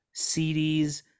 CDs